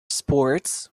sports